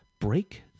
break